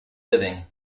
living